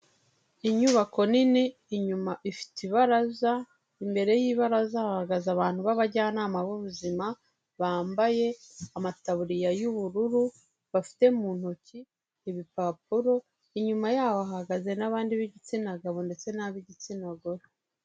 Inyubako nini, inyuma ifite ibaraza, imbere y'ibaraza hahagaze abantu b'abajyanama b'ubuzima, bambaye amataburiya y'ubururu, bafite mu ntoki ibipapuro, inyuma yabo hahagaze n'abandi b'igitsina gabo ndetse n'ab'igitsina gore.